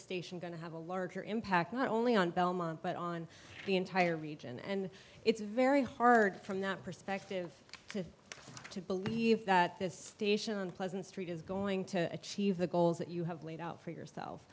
station going to have a larger impact not only on belmont but on the entire region and it's very hard from that perspective to believe that this station on pleasant street is going to achieve the goals that you have laid out for yourself